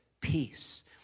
peace